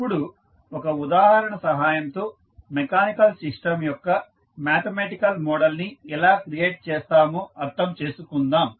ఇప్పుడు ఒక ఉదాహరణ సహాయంతో మెకానికల్ సిస్టమ్ యొక్క మ్యాథమెటికల్ మోడల్ ని ఎలా క్రియేట్ చేస్తామో అర్థం చేసుకుందాం